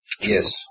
Yes